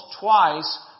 twice